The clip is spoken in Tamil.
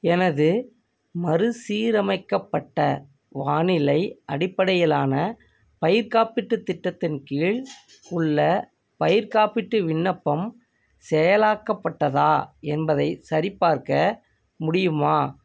எனது மறுசீரமைக்கப்பட்ட வானிலை அடிப்படையிலான பயிர் காப்பீட்டுத் திட்டத்தின் கீழ் உள்ள பயிர் காப்பீட்டு விண்ணப்பம் செயலாக்கப்பட்டதா என்பதைச் சரிபார்க்க முடியுமா